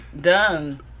done